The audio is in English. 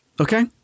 okay